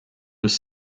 was